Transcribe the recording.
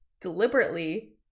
deliberately